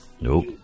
Nope